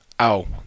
ow